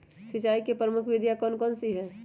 सिंचाई की प्रमुख विधियां कौन कौन सी है?